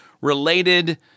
related